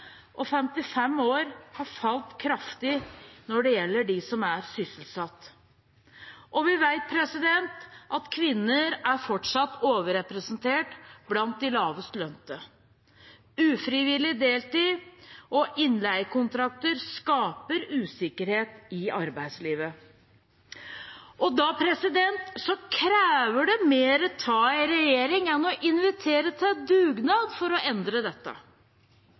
og 55 år har falt kraftig når det gjelder sysselsetting. Og vi vet at kvinner fortsatt er overrepresentert blant de lavest lønnede. Ufrivillig deltid og innleiekontrakter skaper usikkerhet i arbeidslivet. Da kreves det mer av en regjering enn å invitere til dugnad for å endre dette.